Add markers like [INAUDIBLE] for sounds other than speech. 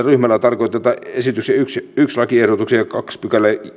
[UNINTELLIGIBLE] ryhmällä tarkoitetaan esityksen ensimmäisen lakiehdotuksen toisen pykälän